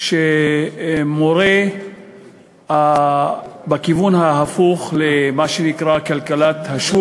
שמורה בכיוון ההפוך למה שנקרא כלכלת השוק,